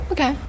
Okay